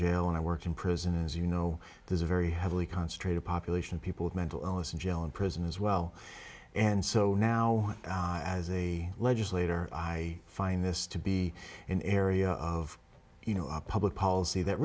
jail and i work in prisons you know there's a very heavily concentrated population of people with mental illness in jail in prison as well and so now as a legislator i find this to be an area of you know a public policy that